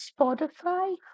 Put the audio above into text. Spotify